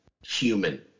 human